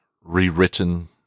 rewritten